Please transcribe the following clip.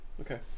Okay